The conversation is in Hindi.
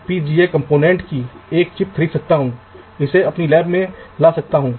आप एक और परत का उपयोग कर सकते हैं